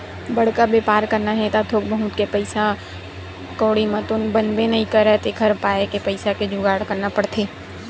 बड़का बेपार करना हे त थोक बहुत के पइसा कउड़ी म तो बनबे नइ करय तेखर पाय के पइसा के जुगाड़ करना पड़थे